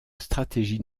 stratégies